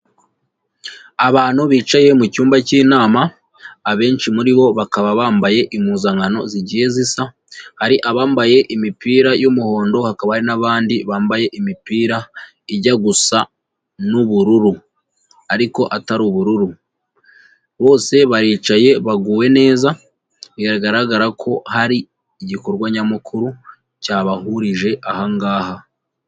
Abantu bicaye mu cyumba cy'inama abenshi muri bo bakaba bambaye impuzankano zigiye zisa, hari abambaye imipira y'umuhondo, hakaba hari n'abandi bambaye imipira ijya gusa n'ubururu ariko atari ubururu, bose baricaye baguwe neza, biragaragara ko hari igikorwa nyamukuru cyabahurije aha ngaha.